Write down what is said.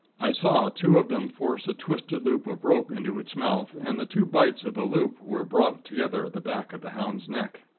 i saw two of them force a twisted loop of rope into its mouth, and the two bights of the loop were brought together at the back of the hound's neck.